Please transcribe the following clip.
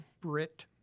Brit